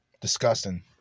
Disgusting